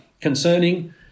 concerning